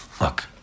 Look